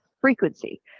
frequency